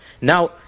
Now